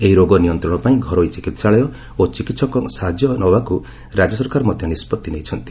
ଏହି ରୋଗ ନିୟନ୍ତ୍ରଣ ପାଇଁ ଘରୋଇ ଚିକିତ୍ସାଳୟ ଓ ଚିକିହକଙ୍କ ସହାଯ୍ୟ ନେବାକୁ ରାଜ୍ୟ ସରକାର ମଧ୍ୟ ନିଷ୍ପଭି ନେଇଛନ୍ତି